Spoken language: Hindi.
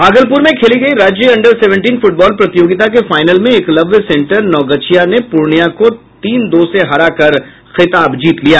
भागलपुर में खेली गयी राज्य अंडर सेवेंटीन फुटबॉल प्रतियोगिता के फाइनल में एकलव्य सेंटर नवगछिया ने पूर्णिया को तीन दो से हराकर खिताब जीत लिया